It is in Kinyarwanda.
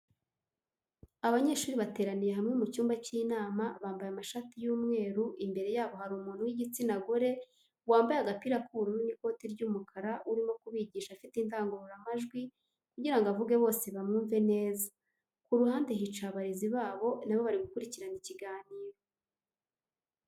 Abanyeshuri bateraniye hamwe mu cyumba cy'inama bambaye amashati y'umweru imbere yabo hari umuntu w'igitsina gore wambaye agapira k'ubururu n'ikoti ry'umukara urimo kubigisha afite indangururamajwi kugirango avuge bose bamwumve neza ku ruhande hicaye abarezi babo nabo bari gukurikira ikiganiro.